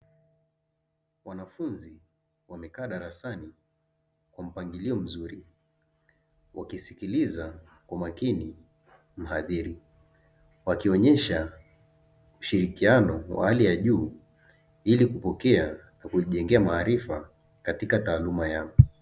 Wanafunzi wamekaa darasani kwa mpangilio mzuri, wakisikiliza kwa makini mhadhiri, wakionyesha ushirikiano wa hali ya juu ili kupokea na kujijengea maarifa katika taaluma yao.